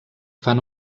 fan